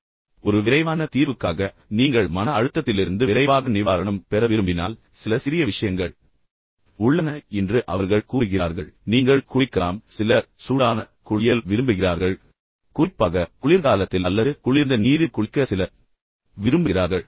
இப்போது ஒரு விரைவான தீர்வுக்காக நீங்கள் மன அழுத்தத்திலிருந்து விரைவாக நிவாரணம் பெற விரும்பினால் சில சிறிய விஷயங்கள் உள்ளன என்று அவர்கள் கூறுகிறார்கள் நீங்கள் குளிக்கலாம் சிலர் சூடான குளியல் விரும்புகிறார்கள் குறிப்பாக குளிர்காலத்தில் அல்லது குளிர்ந்த நீரில் குளிக்க சிலர் விரும்புகிறார்கள்